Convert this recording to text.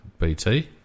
BT